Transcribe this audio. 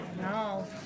No